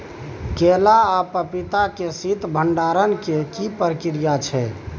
केला आ पपीता के शीत भंडारण के की प्रक्रिया छै?